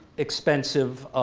expensive